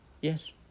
yes